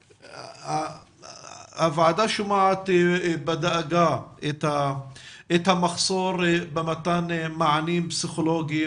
הוועדה שומעת בדאגה את המחסור במתן מענים פסיכולוגיים